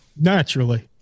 Naturally